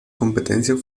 competencia